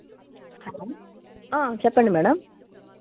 hello చెప్పండి madam